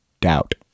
doubt